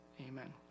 amen